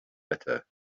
better